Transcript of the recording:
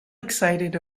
excited